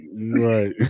right